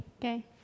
Okay